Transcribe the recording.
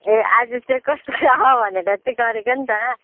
ए आज चाहिँ कसरी अँ भनेर चाहिँ गरेको नि त